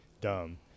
dumb